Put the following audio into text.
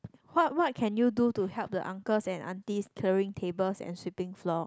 what what can you do to help the uncles and aunties clearing tables and sweeping floor